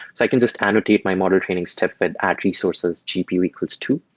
so i can just annotate my model training step but at at resources gpu equals two.